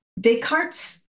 Descartes